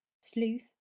Sleuth